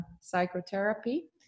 psychotherapy